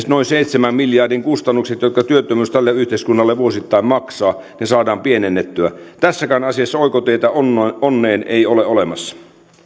noin seitsemän miljardin kustannukset jotka työttömyys tälle yhteiskunnalle vuosittain maksaa saadaan pienennettyä tässäkään asiassa oikoteitä onneen onneen ei ole olemassa